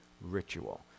ritual